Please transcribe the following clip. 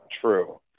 true